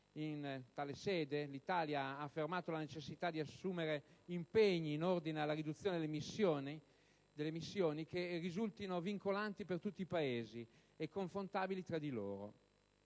In tale sede, l'Italia ha affermato la necessità di assumere impegni in ordine alla riduzione delle emissioni che risultino vincolanti per tutti i Paesi e confrontabili tra di loro.